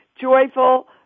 Joyful